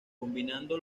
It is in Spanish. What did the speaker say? combinando